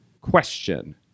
question